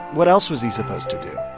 what else was he supposed to do?